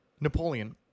Napoleon